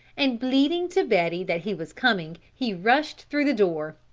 and bleating to betty that he was coming he rushed through the door.